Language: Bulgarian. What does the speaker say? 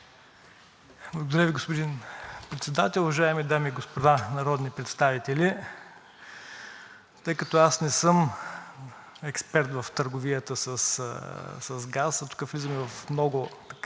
Благодаря Ви, господин Председател. Уважаеми дами и господа народни представители! Тъй като аз не съм експерт в търговията с газ, а тук влизаме в много